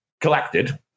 collected